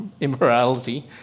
immorality